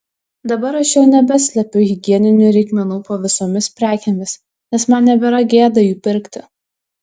dabar aš jau nebeslepiu higieninių reikmenų po visomis prekėmis nes man nebėra gėda jų pirkti